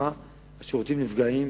כמו התקשרות ללא מכרזים,